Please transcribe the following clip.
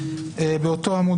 באותו עמוד,